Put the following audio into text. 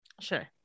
Sure